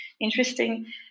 interesting